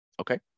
Okay